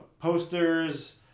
posters